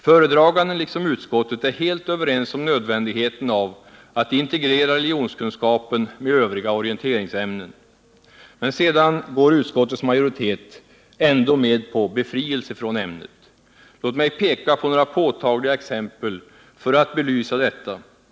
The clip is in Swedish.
Föredraganden liksom utskottet är helt överens om nödvändigheten av att integrera religionskunskapen med övriga orienteringsämnen. Men sedan går utskottets majoritet ändå med på befrielse från ämnet. Låt mig peka på några påtagliga exempel för att belysa detta.